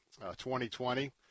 2020